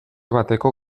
bateko